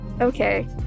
okay